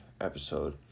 episode